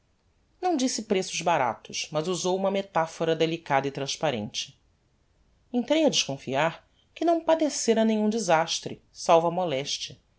não disse preços baratos mas usou uma metaphora delicada e transparente entrei a desconfiar que não padecera nenhum desastre